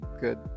good